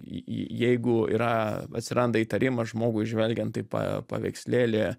jeigu yra atsiranda įtarimas žmogui žvelgiant taip paveikslėlyje